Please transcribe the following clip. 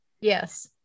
yes